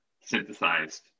synthesized